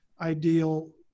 ideal